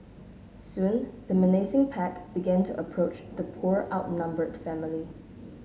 soon the menacing pack began to approach the poor outnumbered family